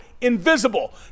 invisible